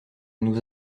nous